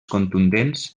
contundents